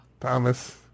Thomas